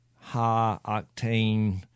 high-octane